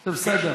זה בסדר.